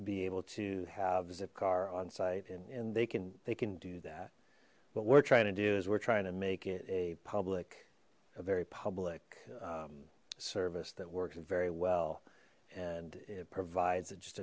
be able to have a zipcar on site and and they can they can do that but we're trying to do is we're trying to make it a public a very public service that works very well and it provides it just